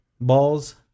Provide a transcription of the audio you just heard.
balls